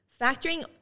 Factoring